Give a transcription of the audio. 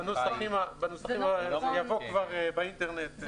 זה יבוא כבר באינטרנט.